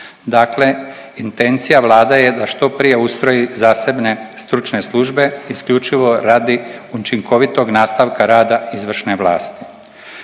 Dakle, intencija Vlade je da što prije ustroji zasebne stručne službe isključivo radi učinkovitog nastavka rada izvršne vlasti.